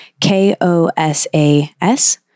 K-O-S-A-S